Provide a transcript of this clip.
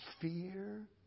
fear